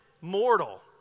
mortal